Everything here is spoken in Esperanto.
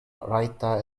rajta